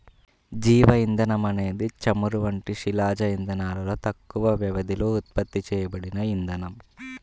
జీవ ఇంధనం అనేది చమురు వంటి శిలాజ ఇంధనాలలో తక్కువ వ్యవధిలో ఉత్పత్తి చేయబడిన ఇంధనం